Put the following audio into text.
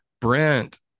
Brent